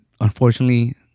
unfortunately